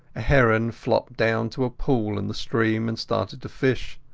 a heron flopped down to a pool in the stream and started to fish,